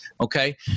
Okay